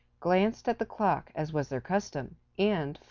glanced at the clock, as was their custom, and,